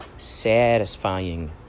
satisfying